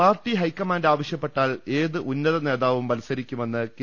party high command ആവശ്യപ്പെട്ടാൽ ഏത് ഉന്നതനേതാവും മത്സ രിക്കുമെന്ന് കെ